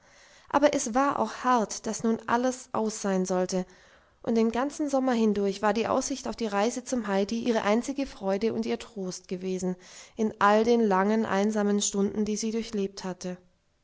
aber es war auch hart daß nun alles aus sein sollte und den ganzen sommer hindurch war die aussicht auf die reise zum heidi ihre einzige freude und ihr trost gewesen in all den langen einsamen stunden die sie durchlebt hatte